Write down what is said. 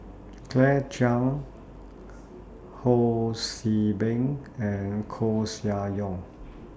Claire Chiang Ho See Beng and Koeh Sia Yong